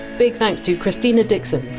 big thanks to christina dixon,